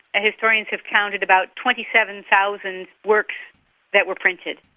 historians have counted about twenty seven thousand works that were printed,